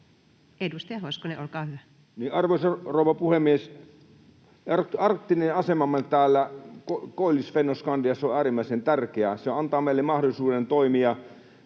Edustaja Hoskonen, olkaa hyvä. Arvoisa rouva puhemies! Arktinen asemamme täällä Koillis-Fennoskandiassa on äärimmäisen tärkeä. Se antaa meille mahdollisuuden toimia